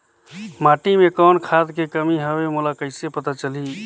माटी मे कौन खाद के कमी हवे मोला कइसे पता चलही?